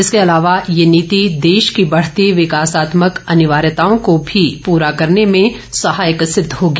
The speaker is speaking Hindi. इसके अलावा ये नीति देश की बढ़ती विकासात्मक अनिवार्यताओं को भी पूरा करने में सहायक सिद्ध होगी